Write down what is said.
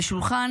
"לשולחן